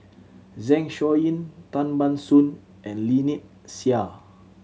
Zeng Shouyin Tan Ban Soon and Lynnette Seah